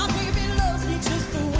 baby loves me just